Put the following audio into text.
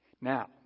Now